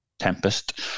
tempest